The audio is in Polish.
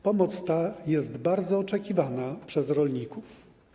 Pomoc ta jest bardzo oczekiwana przez rolników.